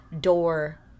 door